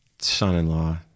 son-in-law